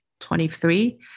23